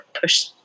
push